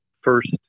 first